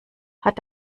hat